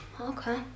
Okay